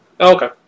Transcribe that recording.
Okay